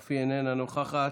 אף היא איננה נוכחת.